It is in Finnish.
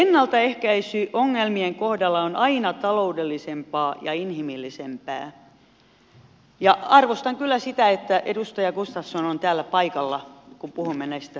ennaltaehkäisy ongelmien kohdalla on aina taloudellisempaa ja inhimillisempää ja arvostan kyllä sitä että edustaja gustafsson on täällä paikalla kun puhumme näistä opetusasioista